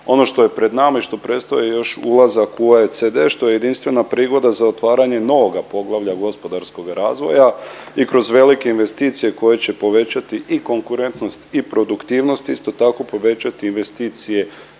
Ono što je pred nama i što predstoji još ulazak u OECD, što je jedinstvena prigoda za otvaranje novoga poglavlja gospodarskog razvoja i kroz velike investicije koje će povećati i konkurentnost i produktivnost, isto tako, povećati investicije